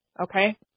okay